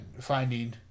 finding